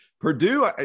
Purdue